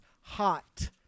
hot